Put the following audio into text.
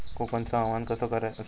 कोकनचो हवामान कसा आसा?